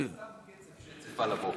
סתם שצף-קצף על הבוקר.